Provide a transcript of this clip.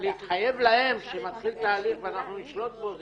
להתחייב להן שמתחיל תהליך ואנחנו נשלוט בו זה